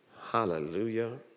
Hallelujah